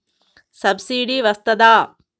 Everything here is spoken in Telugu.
సబ్సిడీ వస్తదా?